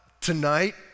tonight